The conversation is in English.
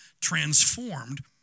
transformed